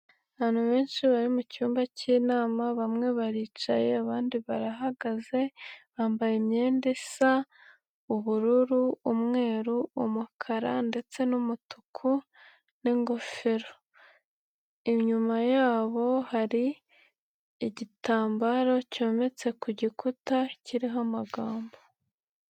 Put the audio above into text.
Abantu benshi bari mucyumba cy'inama bamwe baricaye abandi barahagaze, bambaye imyenda isa ubururu, umweru, umukara ndetse n'umutuku n'ingofero. inyuma yabo hari igitambaro cyometse ku gikuta kiriho amagambo.